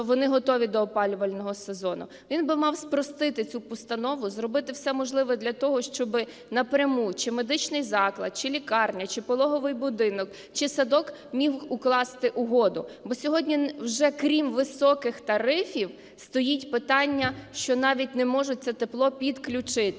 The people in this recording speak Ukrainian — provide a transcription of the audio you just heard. що вони готові до опалювального сезону? Він би мав спростити цю постанову, зробити все можливе для того, щоб напряму чи медичний заклад, чи лікарня, чи пологовий будинок, чи садок міг укласти угоду. Бо сьогодні вже крім високих тарифів стоїть питання, що навіть не можуть це тепло підключити.